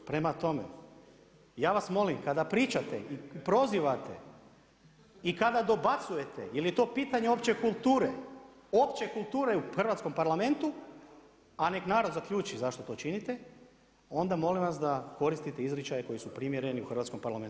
Prema tome, ja vas molim kada pričate i prozivate i kada dobacujete, je li to pitanje opće kulture, opće kulture u hrvatskom parlamentu, a nek narod zaključi zašto to činite, onda molim vas da koristite izričaji koji su primjerni u hrvatskom parlamentu.